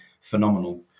phenomenal